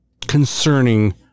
concerning